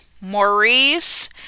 Maurice